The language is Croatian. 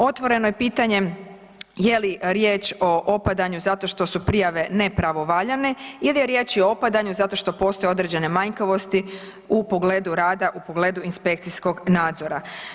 Otvoreno je pitanje je li riječ o opadanju zato što su prijave nepravovaljane ili je riječ o opadanju zato što postoje određene manjkavosti u pogledu rada, u pogledu inspekcijskog nadzora.